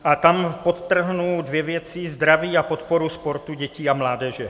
A tam podtrhnu dvě věci: zdraví a podporu sportu dětí a mládeže.